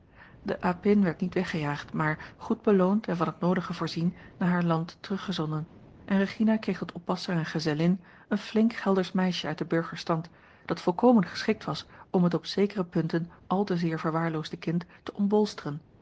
de apin werd niet weggejaagd maar goed beloond en van het noodige voorzien naar haar land teruggezonden en regina kreeg tot oppasser en gezellin een flink geldersch meisje uit den burgerstand dat volkomen geschikt was om het op zekere punten al te zeer verwaarloosde kind te